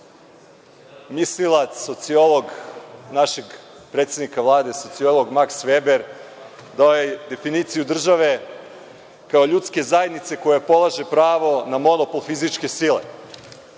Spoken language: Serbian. mislilac, sociolog našeg predsednika Vlade, sociolog Maks Veber, dao je definiciju države kao ljudske zajednice koja polaže pravo na monopol fizičke sile. Ono